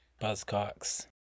Buzzcocks